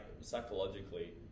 psychologically